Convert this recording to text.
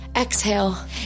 exhale